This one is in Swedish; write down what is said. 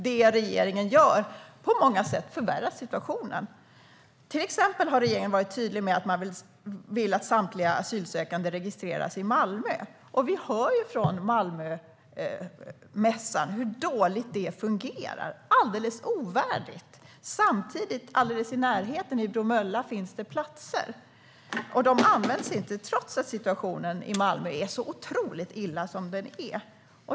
Det regeringen gör förvärrar på många sätt situationen. Till exempel har regeringen varit tydlig med att man vill att samtliga asylsökande registreras i Malmö. Vi hör från Malmömässan hur dåligt det fungerar. Det är alldeles ovärdigt. Men samtidigt finns det platser i Bromölla, alldeles i närheten. De används inte trots att situationen i Malmö är så otroligt dålig som den är.